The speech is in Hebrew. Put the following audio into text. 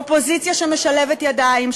אופוזיציה שמשלבת ידיים,